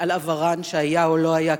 על עברן שהיה או לא היה,